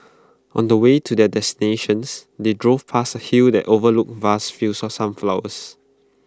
on the way to their destinations they drove past A hill that overlooked vast fields of sunflowers